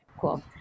Cool